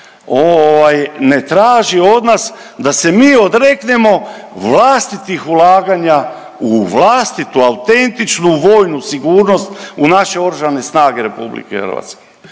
ne traži od nas da se mi odreknemo vlastitih ulaganja u vlastitu autentičnu vojnu sigurnost u naše oružane snage RH. Davno je